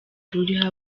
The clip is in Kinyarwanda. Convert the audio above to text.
ruriho